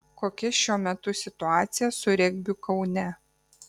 kokia šiuo metu situacija su regbiu kaune